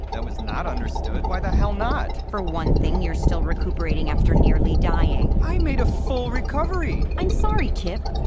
that was not understood. why the hell not? for one thing, you're still recuperating after nearly dying i made a full recovery! i'm sorry, chip.